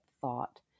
thought